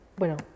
bueno